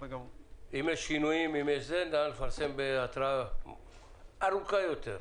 אם יש שינויים, נא לפרסם את זה בהתראה ארוכה יותר.